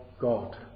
God